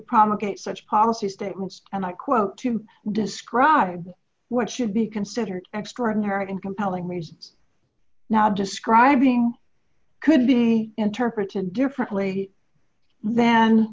promulgated such policy statements and i quote to describe what should be considered extraordinary and compelling reasons now describing could be interpreted differently than